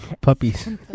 Puppies